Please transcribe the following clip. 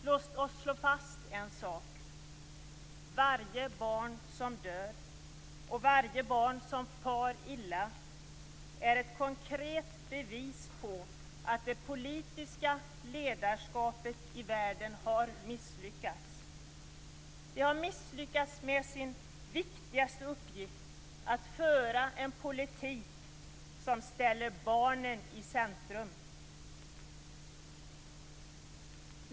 Låt oss slå fast en sak: Varje barn som dör och varje barn som far illa är ett konkret bevis på att det politiska ledarskapet i världen har misslyckats. Det har misslyckats med sin viktigaste uppgift att föra en politik som ställer barnen i centrum.